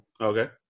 Okay